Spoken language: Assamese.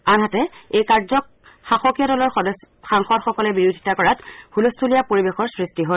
আনহাতে এই কাৰ্যক শাসকীয় দলৰ সাংসদসকলে বিৰোধিতা কৰাত হুলস্থূলীয়া পৰিৱেশৰ সৃষ্টি হয়